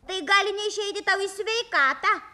tai gali neišeiti tau į sveikatą